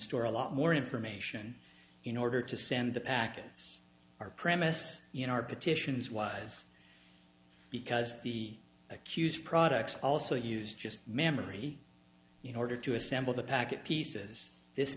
store a lot more information in order to send the packets are premis in our petitions wise because the accused products also use just memory you know order to assemble the packet pieces this